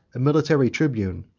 a military tribune,